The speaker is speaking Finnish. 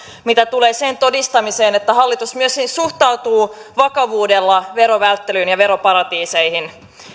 mitä tulee sen todistamiseen että hallitus myöskin suhtautuu vakavuudella verovälttelyyn ja veroparatiiseihin